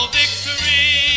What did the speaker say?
victory